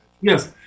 Yes